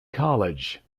college